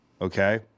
okay